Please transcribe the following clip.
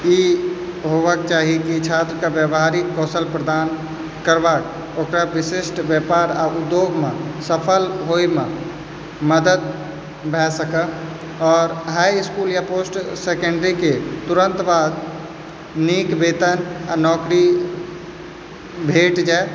ई होवाक चाही कि छात्रके व्यावहारिक कौशल प्रदान करबा कऽ ओकरा विशिष्ट व्यापार आओर उद्योगमे सफल होइमे मदति भए सकै आओर हाई इसकुल या पोस्ट सेकन्डरीके तुरन्त बाद नीक वेतन आओर नौकरी भेट जाइ